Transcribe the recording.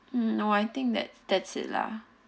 um no I think that that's it lah